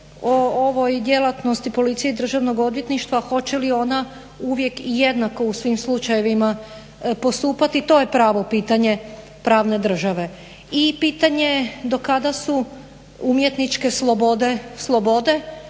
ovoj djelatnosti policije i državnog odvjetništva hoće li ona uvijek i jednako u svim slučajevima postupati i to je pravo pitanje pravne države. I pitanje do kada su umjetničke slobode, slobode